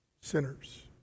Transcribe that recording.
Sinners